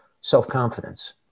self-confidence